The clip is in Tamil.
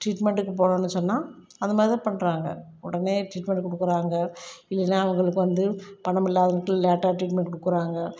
ட்ரீட்மெண்ட்க்கு போனோம்ன்னு சொன்னால் அந்த மாதிரி தான் பண்ணுறாங்க உடனே ட்ரீட்மெண்ட்டு கொடுக்குறாங்க இல்லைன்னா அவங்களுக்கு வந்து பணமில்லாதவங்களுக்கு லேட்டாக ட்ரீட்மெண்ட் கொடுக்குறாங்க